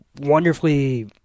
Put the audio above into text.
wonderfully